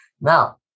Now